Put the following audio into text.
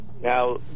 Now